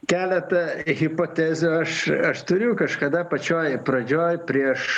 keletą hipotezių aš aš turiu kažkada pačioj pradžioj prieš